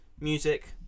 music